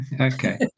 Okay